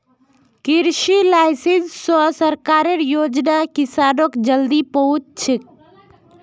कृषि लाइसेंस स सरकारेर योजना किसानक जल्दी पहुंचछेक